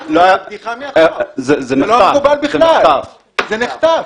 זה מחטף.